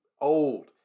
old